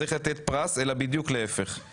צריך לתת פרס אלא בדיוק להפך.